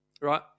right